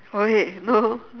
oh wait no